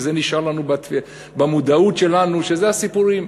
וזה נשאר לנו במודעות שלנו שזה הסיפורים.